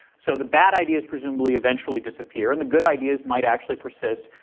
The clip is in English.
so the bad ideas presumably eventually disappear and the good ideas might actually persist,